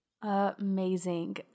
Amazing